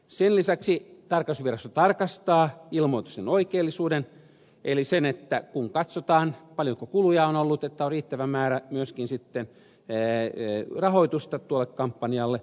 sen lisäksi tarkastusvirasto tarkastaa ilmoituksen oikeellisuuden eli sen kun katsotaan paljonko kuluja on ollut että on riittävä määrä myöskin sitten rahoitusta tuolle kampanjalle